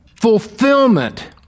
fulfillment